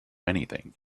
anything